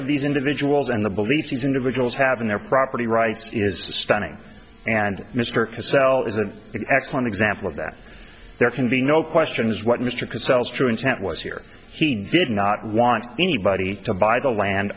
of these individuals and the beliefs these individuals have in their property rights is stunning and mr cell is an excellent example of that there can be no question is what mr conceals true intent was here he did not want anybody to buy the land